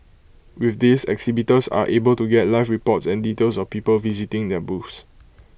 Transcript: with this exhibitors are able to get live reports and details of people visiting their booths